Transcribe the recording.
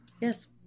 Yes